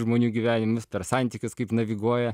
žmonių gyvenimus per santykius kaip naviguoja